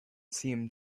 seemed